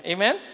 Amen